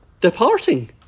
departing